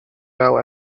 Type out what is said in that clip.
bel